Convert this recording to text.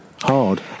Hard